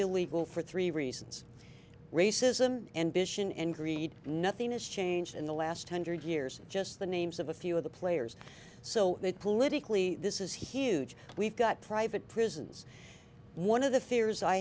illegal for three reasons racism and bishan in crete nothing has changed in the last hundred years just the names of a few of the players so that politically this is huge we've got private prisons one of the fears i